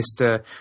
mr